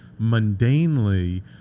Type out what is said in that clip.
mundanely